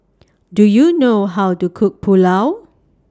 Do YOU know How to Cook Pulao